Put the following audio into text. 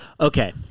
Okay